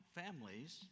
families